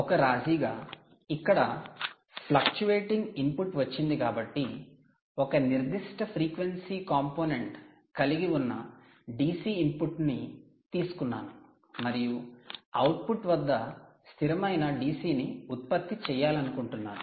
ఒక రాజీగా ఇక్కడ ఫ్లూక్టువేటింగ్ ఇన్పుట్ వచ్చింది కాబట్టి ఒక నిర్దిష్ట ఫ్రీక్వెన్సీ కంపోనెంట్ కలిగి ఉన్న DC ఇన్పుట్ ని తీసుకున్నాను మరియు అవుట్పుట్ వద్ద స్థిరమైన DC ని ఉత్పత్తి చేయాలనుకుంటున్నాను